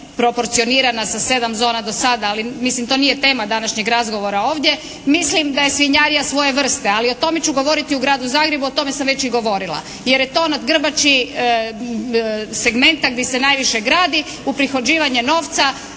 proporcionirana sa 7 zona do sada, ali mislim to nije tema današnjeg razgovora ovdje. Mislim da je svinjarija svoje vrste, ali o tome ću govoriti u Gradu Zagrebu, o tome sam već i govorila jer je to na grbači segmenta gdje se najviše gradi uprihođivanje novca